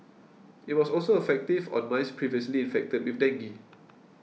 it was also effective on mice previously infected with dengue